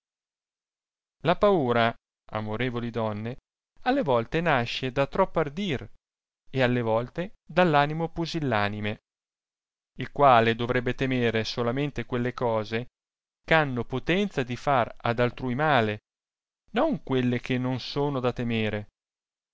la paura amorevoli donne alle volte nasce da troppo ardir e alle volte dall'animo pusillanime il quale doverrbbe temere solamente quelle cose ch'hanno potenza di far ad altrui male non quelle che non sono da temere